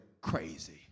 crazy